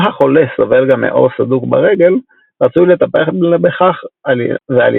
אם החולה סובל גם מעור סדוק ברגל - רצוי לטפל בכך ועל